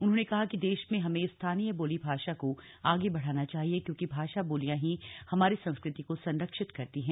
उन्होंने कहा कि देश में हमें स्थानीय बोली भाषा को आगे बढ़ाना चाहिए क्योंकि भाषा बोलियां ही हमारी संस्कृति को संरक्षित करती हैं